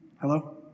Hello